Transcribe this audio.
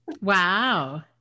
Wow